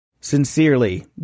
Sincerely